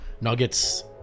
Nuggets